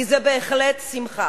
כי זו בהחלט שמחה.